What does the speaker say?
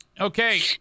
Okay